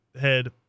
head